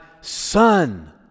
son